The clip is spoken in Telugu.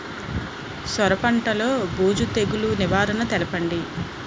సొర పంటలో బూజు తెగులు నివారణ తెలపండి?